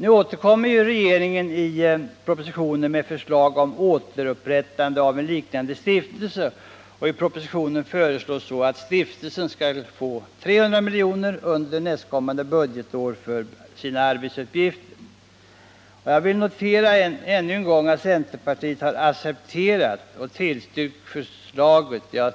Nu återkommer regeringen i propositionen med ett förslag om återupprättande av en liknande stiftelse, och i propositionen föreslås att stiftelsen skall få 300 miljoner under nästkommande budgetår för sina arbetsuppgifter. Jag vill notera ännu en gång att centerpartiet har accepterat och tillstyrkt förslaget — jag